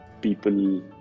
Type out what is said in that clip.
people